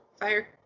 fire